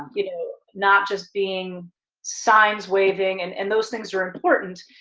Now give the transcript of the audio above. you know not just being signs waving, and and those things are important,